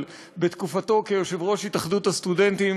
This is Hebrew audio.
אבל בתקופתו כיושב-ראש התאחדות הסטודנטים